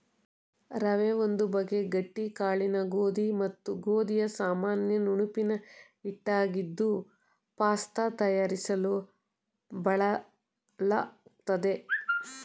ರವೆ ಒಂದು ಬಗೆ ಗಟ್ಟಿ ಕಾಳಿನ ಗೋಧಿ ಮತ್ತು ಗೋಧಿಯ ಸಾಮಾನ್ಯ ನುಣುಪಿನ ಹಿಟ್ಟಾಗಿದ್ದು ಪಾಸ್ತ ತಯಾರಿಸಲು ಬಳಲಾಗ್ತದೆ